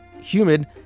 humid